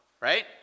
right